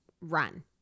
run